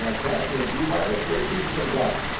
ah kashmir bee virus, well your bees are going to die.